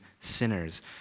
sinners